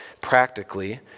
practically